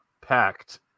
packed